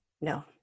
No